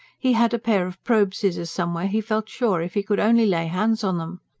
he had a pair of probe-scissors somewhere, he felt sure, if he could only lay hands on them.